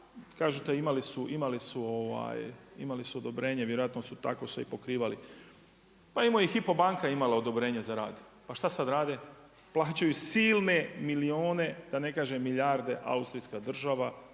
kažete imali su odobrenje vjerojatno su se tako i pokrivali. Pa i Hypo banka je imala odobrenje za rad, pa šta sada rade? Plaćaju silne milijune, da ne kažem milijarde Austrijska država